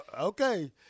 Okay